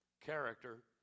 character